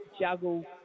juggle